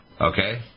okay